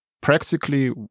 practically